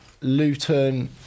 Luton